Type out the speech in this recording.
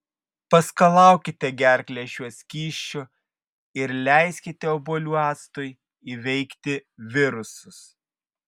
paskalaukite gerklę šiuo skysčiu ir leiskite obuolių actui įveikti virusus